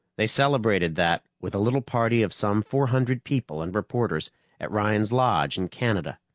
they celebrated that, with a little party of some four hundred people and reporters at ryan's lodge in canada.